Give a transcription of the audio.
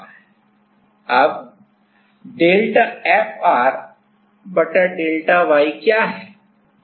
इन समीकरणों से अब डेल्टा Fr बटा डेल्टा y क्या है